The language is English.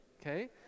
okay